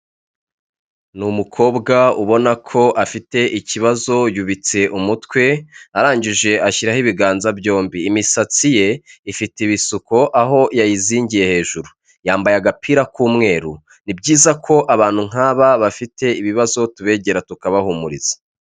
Ni umukobwa ubona ko afite ikibazo yubitse umutwe, arangije ashyiraho ibiganza byombi, imisatsi ye ifite ibisuko aho yayizingiye hejuru, yambaye agapira k'umweru, ni byiza ko abantu nk'aba bafite ibibazo tubegera tukabahumuriza.